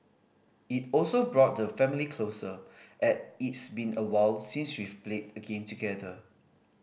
it also brought the family closer as it's been awhile since we've played a game together